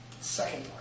Second